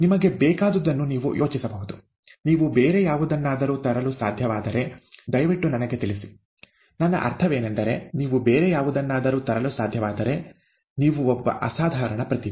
ನಿಮಗೆ ಬೇಕಾದುದನ್ನು ನೀವು ಯೋಚಿಸಬಹುದು ನೀವು ಬೇರೆ ಯಾವುದನ್ನಾದರೂ ತರಲು ಸಾಧ್ಯವಾದರೆ ದಯವಿಟ್ಟು ನನಗೆ ತಿಳಿಸಿ ನನ್ನ ಅರ್ಥವೇನೆಂದರೆ ನೀವು ಬೇರೆ ಯಾವುದನ್ನಾದರೂ ತರಲು ಸಾಧ್ಯವಾದರೆ ನೀವು ಒಬ್ಬ ಅಸಾಧಾರಣ ಪ್ರತಿಭೆ